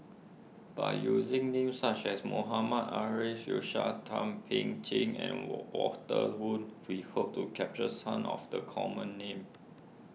by using names such as Mohammad Arif Suhaimi Thum Ping Tjin and Walter Woon we hope to capture some of the common names